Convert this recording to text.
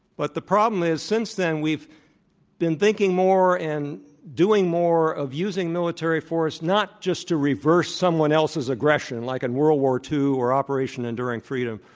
but the problem is, since then, we've been thinking more and doing more of using military force not just to reverse someone else's aggression like in world war ii or operation enduring freedom